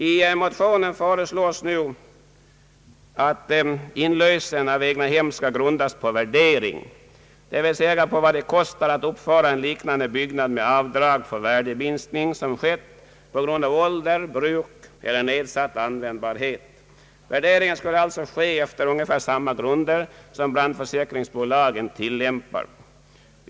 I motionen föreslås nu att inlösen av egnahem skall grundas på värdering, dvs. på vad det kostar att uppföra en liknande byggnad med avdrag för den värdeminskning som skett på grund av ålder, bruk eller nedsatt användbarhet. Värderingen skulle alltså ske efter ungefär samma grunder som brandförsäkringsbolagen tillämpar.